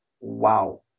Wow